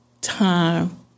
time